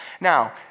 Now